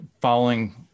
following